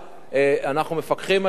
אנחנו מפקחים על זה,